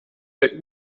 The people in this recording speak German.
bei